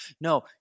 no